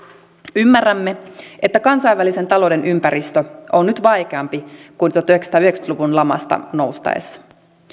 ymmärrämme että kansainvälisen talouden ympäristö on nyt vaikeampi kuin tuhatyhdeksänsataayhdeksänkymmentä luvun lamasta noustaessa